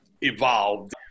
evolved